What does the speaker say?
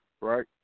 right